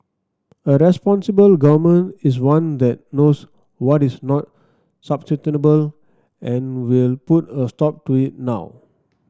a responsible Government is one that knows what is not sustainable and will put a stop to it now